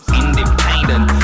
independent